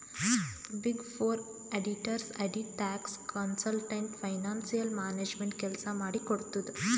big four auditors audit, tax, consultant, financial management ಕೆಲ್ಸ ಮಾಡಿ ಕೊಡ್ತುದ್